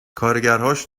کارگرهاش